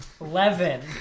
Eleven